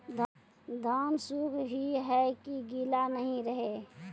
धान सुख ही है की गीला नहीं रहे?